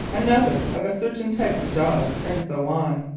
another of a certain type of dog, and so on.